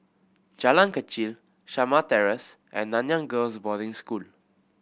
Jalan Kechil Shamah Terrace and Nanyang Girls' Boarding School